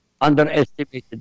underestimated